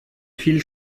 viel